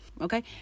okay